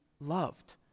loved